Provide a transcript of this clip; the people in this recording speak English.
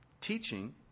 Teaching